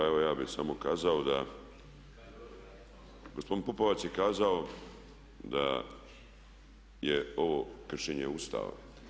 Evo ja bih samo kazao da gospodin Pupovac je kazao da je ovo kršenje Ustava.